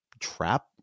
trap